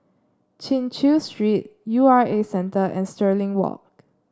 Chin Chew Street U R A Centre and Stirling Walk